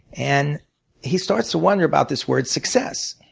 and he starts to wonder about this word success.